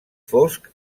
fosc